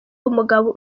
umugabo